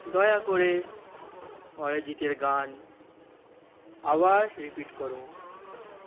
দয়া করে অরিজিতের গান আবার রিপিট করো